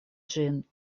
ĝin